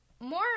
more